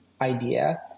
idea